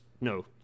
no